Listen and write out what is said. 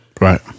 Right